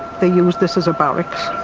they used this as a barracks,